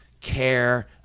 care